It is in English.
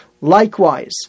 Likewise